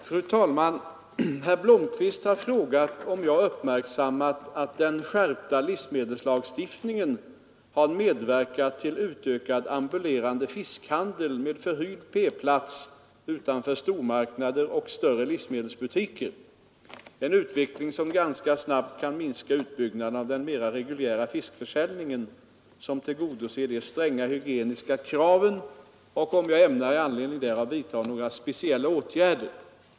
Fru talman! Herr Blomkvist har frågat om jag uppmärksammat att den skärpta livsmedelslagstiftningen har medverkat till utökad ambulerande fiskhandel med förhyrd P-plats utanför stormarknader och större livsmedelsbutiker, en utveckling som ganska snabbt kan minska utbyggnaden av den mera reguljära fiskförsäljningen, som tillgodoser de stränga hygieniska kraven, och om jag ämnar i anledning därav vidta några speciella åtgärder.